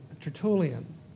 Tertullian